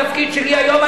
התפקיד שלי היום,